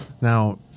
Now